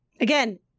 Again